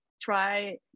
try